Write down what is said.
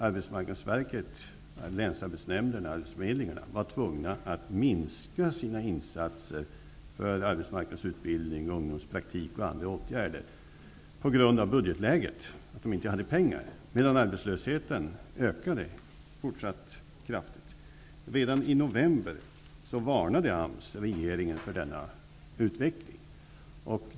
Arbetsmarknadsverket, länsarbetsnämnderna och arbetsförmedlingarna var tvungna att minska sina insatser för arbetsmarknadsutbildning, ungdomspraktik och andra åtgärder på grund av budgetläget -- de hade inte pengar -- medan arbetslösheten ökade fortsatt kraftigt. Redan i november varnade AMS regeringen för denna utveckling.